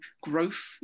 growth